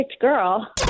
girl